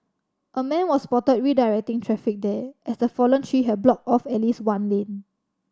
a man was spotted redirecting traffic there as the fallen tree had blocked off at least one lane